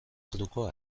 orduko